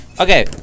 Okay